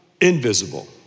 invisible